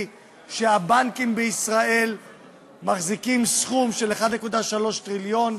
שהבנקים בישראל מחזיקים סכום של 1.3 טריליון,